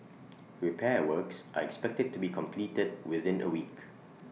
repair works are expected to be completed within A week